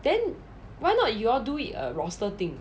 then why not you all do it a roster thing